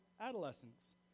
adolescents